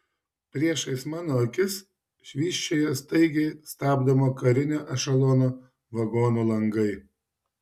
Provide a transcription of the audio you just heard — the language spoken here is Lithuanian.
priešais mano akis švysčioja staigiai stabdomo karinio ešelono vagonų langai